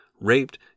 raped